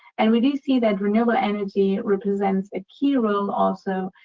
and we do see that renewable energy represents a key role, also,